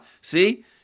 see –